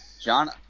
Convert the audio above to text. John